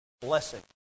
Blessing